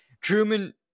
Truman